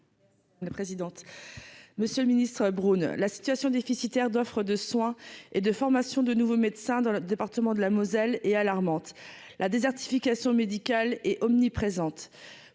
Herzog. La présidente, monsieur le Ministre, la situation déficitaire d'offre de soins et de formation de nouveaux médecins dans le département de la Moselle est alarmante, la désertification médicale est omniprésente,